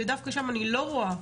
ודווקא שם אני לא רואה,